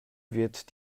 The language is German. wird